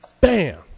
bam